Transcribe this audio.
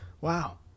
Wow